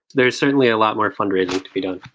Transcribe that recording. there's certainly a lot more fundraising to be done